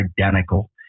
identical